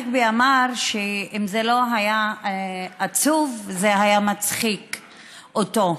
שאם זה לא היה עצוב זה היה מצחיק אותו.